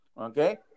Okay